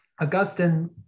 Augustine